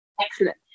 Excellent